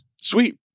Sweet